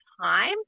time